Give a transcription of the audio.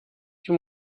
die